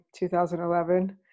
2011